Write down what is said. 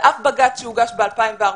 על אף בג"צ שהוגש ב-2014,